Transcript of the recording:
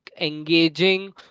engaging